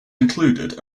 included